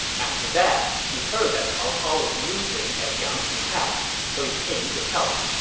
after that, he heard that cao cao was losing at yangping pass, so he came to help.